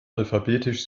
alphabetisch